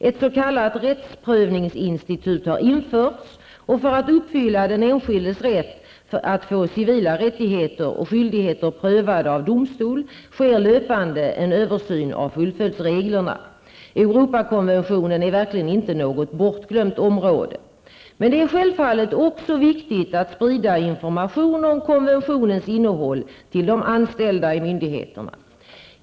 Ett s.k. rättsprövningsinstitut har införts och för att uppfylla den enskildes rätt att få civila rättigheter och skyldigheter prövade av domstol sker löpande en översyn av fullföljdsreglerna. Europakonventionen är verkligen inte något bortglömt område. Men det är självfallet också viktigt att sprida information om konventionens innehåll till de anställda i myndigheterna.